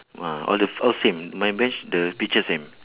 mm all the all same my bench the picture same